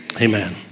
Amen